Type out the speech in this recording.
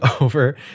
over